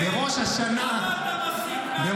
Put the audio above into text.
בראש השנה --- אני אמרתי ראש השנה?